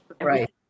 Right